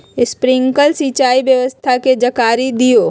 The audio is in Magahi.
स्प्रिंकलर सिंचाई व्यवस्था के जाकारी दिऔ?